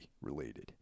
related